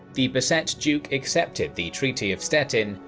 the beset duke accepted the treaty of stettin,